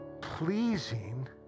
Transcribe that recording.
pleasing